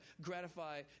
gratify